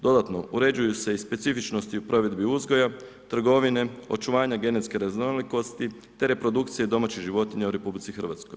Dodatno, uređuju se specifičnosti u provedbi uzgoju, trgovine, očuvanja genetske raznolikosti, te reprodukcija domaćih životinja u RH.